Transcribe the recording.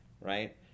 right